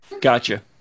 gotcha